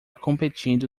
competindo